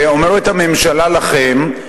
אומרת הממשלה לכם,